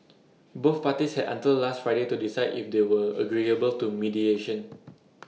both parties had until last Friday to decide if they were agreeable to mediation